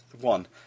One